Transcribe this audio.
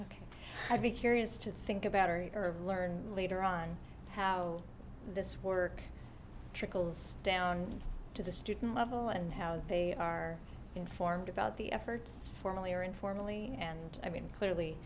ok i'd be curious to think about or learn later on how this work trickles down to the student level and how they are informed about the efforts formally or informally and i mean clearly